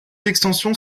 extensions